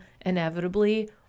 inevitably